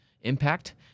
impact